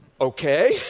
Okay